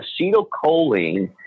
Acetylcholine